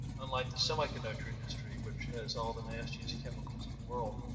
unlike the semi-conductor industry which has all the nastiest chemicals in the world,